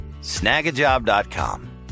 Snagajob.com